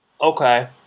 Okay